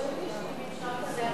זו החלטה שלי, שהיא מימשה אותה.